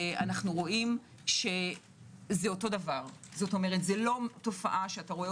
רואים שזה אותו דבר כלומר זו לא תופעה שאתה רואה